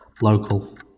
Local